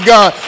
God